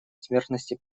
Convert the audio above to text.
смертности